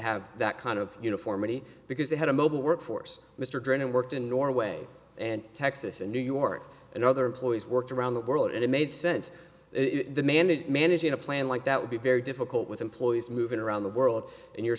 have that kind of uniformity because they had a mobile workforce mr drennen worked in norway and texas and new york and other employees worked around the world and it made sense it demanded managing a plan like that would be very difficult with employees moving around the world in you